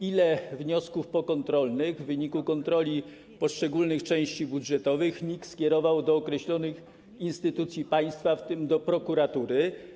Ile wniosków pokontrolnych w wyniku kontroli poszczególnych części budżetowych NIK skierował do określonych instytucji państwa, w tym do prokuratury?